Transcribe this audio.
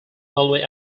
only